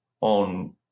on